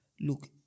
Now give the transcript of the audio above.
Look